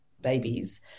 babies